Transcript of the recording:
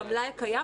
במלאי הקיים,